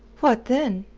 what, then?